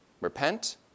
repent